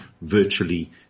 virtually